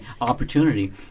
opportunity